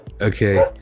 okay